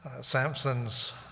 Samson's